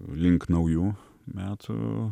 link naujų metų